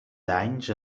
danys